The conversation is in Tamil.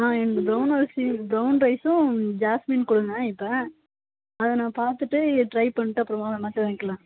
ஆ எனக்கு ப்ரௌன் அரிசி ப்ரௌன் ரைஸ்ஸும் ஜாஸ்மின் கொடுங்க இப்போ அதை நான் பாத்துட்டு ட்ரை பண்ணிட்டு அப்புறமா வேணா இது வாய்ங்க்கலாம்